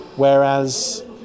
Whereas